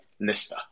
Lista